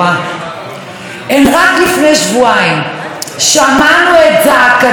הן רק לפני שבועיים שמענו את זעקתם של תושבי הצפון,